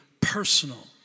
personal